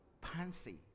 Pansy